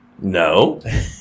No